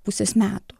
pusės metų